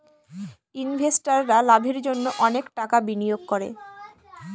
ইনভেস্টাররা লাভের জন্য অনেক টাকা বিনিয়োগ করে